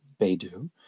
Baidu